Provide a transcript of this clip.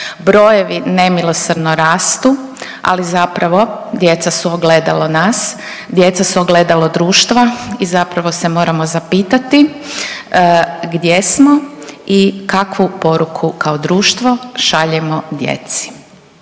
brojevi nemilosrdno rastu, ali zapravo djeca su ogledalo nas, djeca su ogledalo društva i zapravo se moramo zapitati gdje smo i kakvu poruku kao društvo šaljemo djeci.